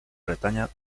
bretaña